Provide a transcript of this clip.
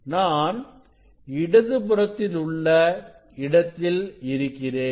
நான் இடது புறத்தில் உள்ள இடத்தில் இருக்கிறேன்